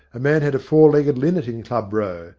a man had a four-legged linnet in club row,